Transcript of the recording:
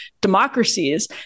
democracies